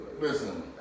Listen